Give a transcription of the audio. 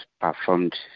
performed